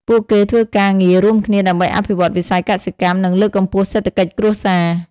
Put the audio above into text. ពួកគេធ្វើការងាររួមគ្នាដើម្បីអភិវឌ្ឍវិស័យកសិកម្ម និងលើកកម្ពស់សេដ្ឋកិច្ចគ្រួសារ។